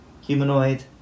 humanoid